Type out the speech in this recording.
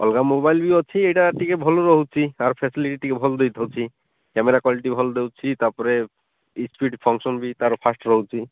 ଅଲଗା ମୋବାଇଲ୍ ବି ଅଛି ଏଇଟା ଟିକିଏ ଭଲ ରହୁଛି ଆର ଫ୍ୟାସିଲିଟି ଟିକିଏ ଭଲ ଦେଇଥାଉଛି କ୍ୟାମେରା କ୍ୱାଲିଟି ଭଲ ଦେଉଛି ତା'ପରେ ସ୍ପିଡ଼୍ ଫଙ୍କସନ୍ ବି ତା'ର ଫାଷ୍ଟ୍ ରହୁଛି